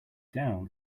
down